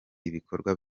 ibikorwa